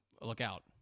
lookout